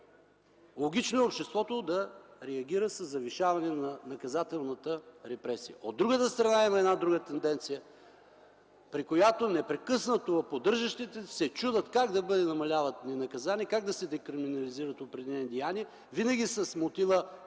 логично е обществото да реагира със завишаване на наказателната репресия. От другата страна има една друга тенденция, при която непрекъснато поддържащите се чудят как да бъдат намалявани наказания, как да се декриминализират определени деяния, винаги с мотива